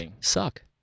suck